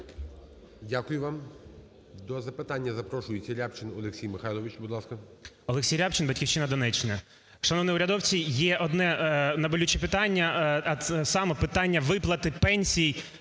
Дякую вам. До запитання запрошується Рябчин Олексій Михайлович, будь ласка.